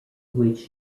which